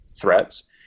threats